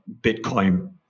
Bitcoin